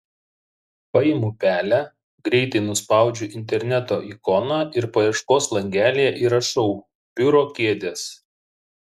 paimu pelę greitai nuspaudžiu interneto ikoną ir paieškos langelyje įrašau biuro kėdės